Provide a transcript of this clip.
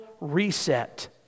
reset